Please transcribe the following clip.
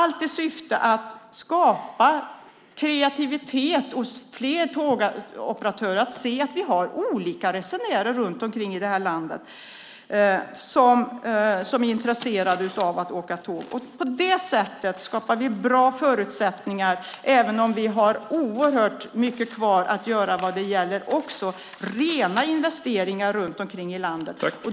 Vi skapar kreativitet hos fler tågoperatörer. Vi har ju olika resenärer runt omkring i det här landet som är intresserade av att åka tåg. På det sättet skapar vi bra förutsättningar, även om vi har oerhört mycket kvar att göra vad gäller rena investeringar runt om i landet.